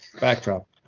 backdrop